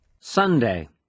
Sunday